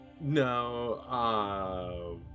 No